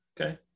Okay